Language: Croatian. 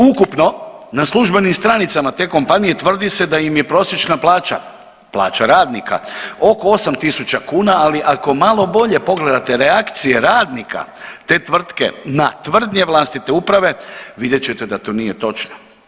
Ukupno na službenim stranicama te kompanije tvrdi se da im je prosječna plaća, plaća radnika oko 8.000 kuna ali ako malo bolje pogledate reakcije radnika te tvrtke na tvrdnje vlastite uprave vidjet ćete da to nije točno.